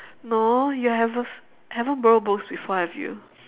no you have a haven't borrow books before have you